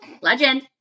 Legend